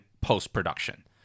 post-production